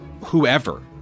whoever